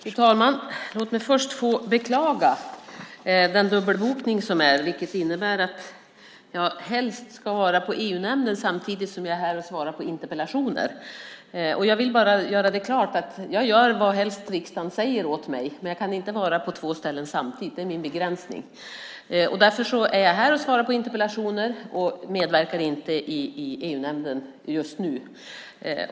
Fru talman! Låt mig först få beklaga den dubbelbokning som är och som innebär att jag helst ska vara på EU-nämnden samtidigt som jag är här och svarar på interpellationer. Jag vill bara göra det klart att jag gör vadhelst riksdagen säger åt mig, men jag kan inte vara på två ställen samtidigt. Det är min begränsning. Därför är jag här och svarar på interpellationer och medverkar inte i EU-nämnden just nu.